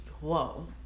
Whoa